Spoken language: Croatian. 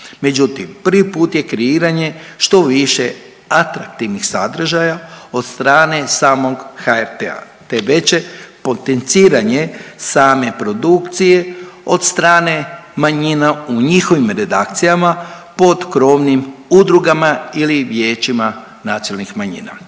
Međutim, prvi put je kreiranje što više atraktivnih sadržaja od samog HRT-a te veće potenciranje same produkcije od strane manjina u njihovim redakcijama pod krovnim udrugama ili vijećima nacionalnih manjina.